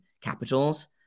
Capitals